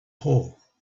hole